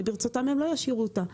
וברצותם הם לא ישאירו אותה.